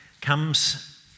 comes